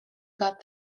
got